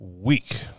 week